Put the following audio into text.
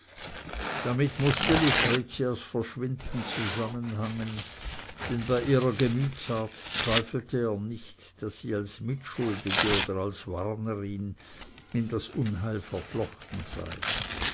damit mußte lucretias verschwinden zusammenhangen denn bei ihrer gemütsart zweifelte er nicht daß sie als mitschuldige oder als warnerin in das unheil verflochten sei